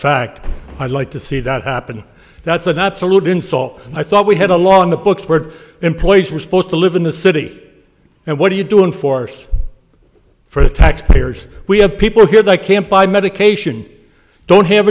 fact i'd like to see that happen that's an absolute install i thought we had a law in the books were employees were supposed to live in the city and what do you do in force for the taxpayers we have people here that can't buy medication don't have